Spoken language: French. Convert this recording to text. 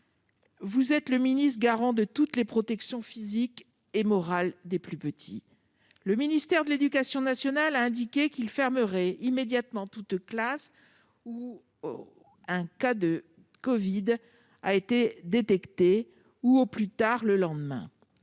vous êtes le garant de toutes les protections physiques et morales des plus petits. Le ministère de l'éducation nationale a indiqué qu'il fermerait immédiatement toute classe où un cas de covid a été diagnostiqué, ou au plus tard le lendemain